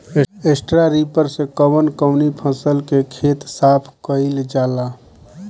Straw reaper से कवन कवनी फसल के खेत साफ कयील जाला?